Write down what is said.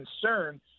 concern